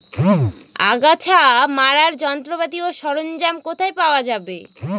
আগাছা মারার যন্ত্রপাতি ও সরঞ্জাম কোথায় পাওয়া যাবে?